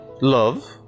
love